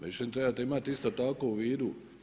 Međutim, to trebate imati isto tako u vidu.